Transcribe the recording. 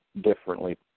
differently